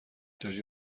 داری